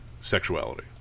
sexuality